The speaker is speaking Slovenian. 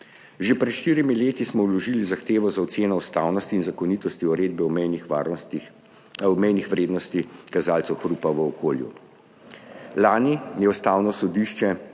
Že pred štirimi leti smo vložili zahtevo za oceno ustavnosti in zakonitosti Uredbe o mejnih vrednostih kazalcev hrupa v okolju. Lani je Ustavno sodišče,